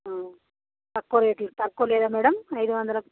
తక్కువ రేట్ తక్కువ లేదా మేడం ఐదు వందలకు